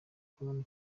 col